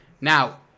Now